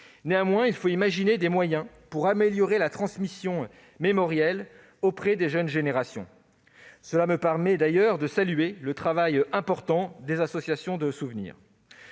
néanmoins, il faut imaginer des moyens pour améliorer la transmission mémorielle auprès des jeunes générations. J'en profite pour saluer le travail important des associations de souvenir.